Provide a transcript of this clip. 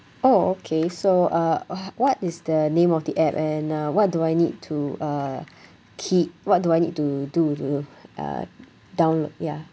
oh okay so uh what is the name of the app and uh what do I need to uh key what do I need to do to uh download ya